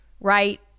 right